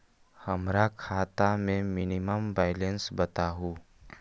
हमरा खाता में मिनिमम बैलेंस बताहु?